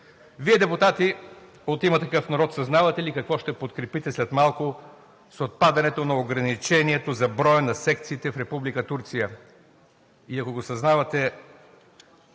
Вие, депутати от „Има такъв народ“, съзнавате ли какво ще подкрепите след малко с отпадането на ограничението за броя на секциите в Република